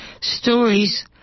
stories